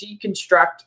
deconstruct